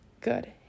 good